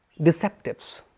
deceptives